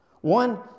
One